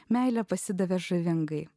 meilę pasidavė žavingai